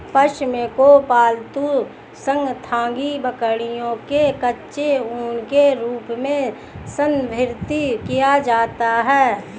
पश्म को पालतू चांगथांगी बकरियों के कच्चे ऊन के रूप में संदर्भित किया जाता है